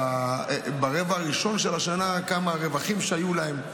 ברבע הראשון של השנה כמה הרווחים שהיו להם,